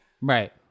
Right